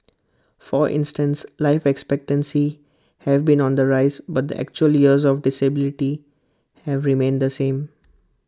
for instance life expectancy have been on the rise but the actual years of disability have remained the same